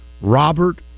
Robert